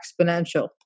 exponential